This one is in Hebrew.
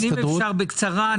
אם אפשר בקצרה.